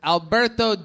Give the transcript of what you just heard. Alberto